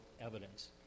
evidence